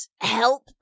help